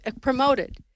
promoted